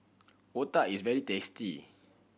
Otah is very tasty